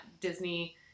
Disney